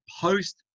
post